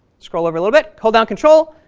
scroll over a little bit, hold down control,